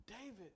David